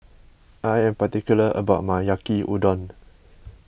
I am particular about my Yaki Udon